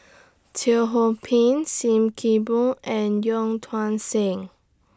Teo Ho Pin SIM Kee Boon and Yong Tuang Seng